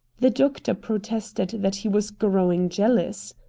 the doctor protested that he was growing jealous.